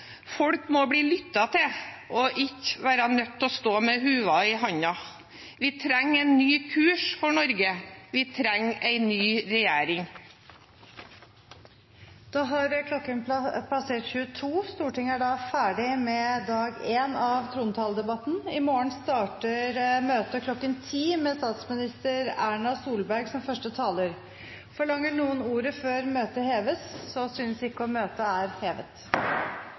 Folk må bli lyttet til og ikke være nødt til å stå med lua i handa. Vi trenger en ny kurs for Norge. Vi trenger en ny regjering. Da har klokken passert 22, og Stortinget er ferdig med første dag av trontaledebatten. I morgen starter møtet kl. 10, med statsminister Erna Solberg som første taler. Forlanger noen ordet før møtet heves? – Så synes ikke, og møtet er hevet.